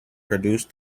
produced